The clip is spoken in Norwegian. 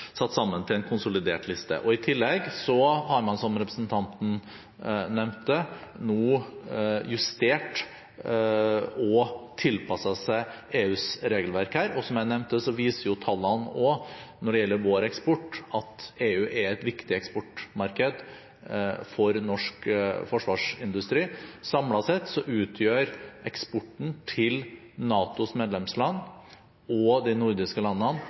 satt sammen til en konsolidert liste. I tillegg har man, som representanten nevnte, nå justert og tilpasset seg EUs regelverk her. Som jeg nevnte, viser også tallene når det gjelder vår eksport, at EU er et viktig eksportmarked for norsk forsvarsindustri. Samlet sett utgjør eksporten til NATOs medlemsland og de nordiske landene